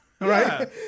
Right